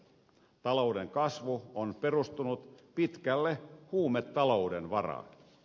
talouden kasvu on perustunut pitkälle huumetalouden varaan